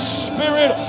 spirit